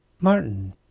Martin